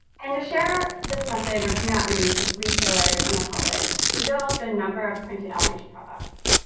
and to share this message of do not release with retailers and the public we developed a number of printed outreach products.